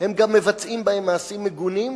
הם גם מבצעים בהן מעשים מגונים,